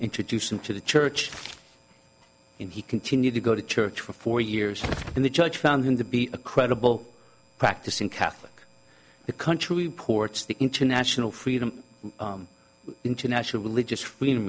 introduce him to the church in he continued to go to church for four years and the judge found him to be a credible practicing catholic the country reports the international freedom international religious freedom